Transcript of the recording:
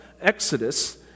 Exodus